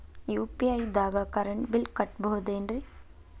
UPI ದಾಗ current bill ಕಟ್ಟಬಹುದೇನ್ರಿ?